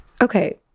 okay